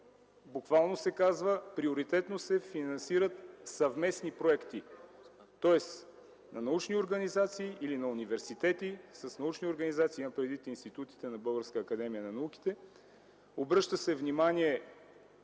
буквално се казва: приоритетно се финансират съвместни проекти, тоест на научни организации или на университети с научни организации, имам предвид институти на Българската академия на науките. Обръща се внимание